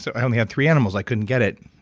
so i only had three animals, i couldn't get it